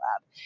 lab